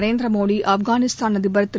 நரேந்திரமோடி ஆப்கானிஸ்தான் அதிபா் திரு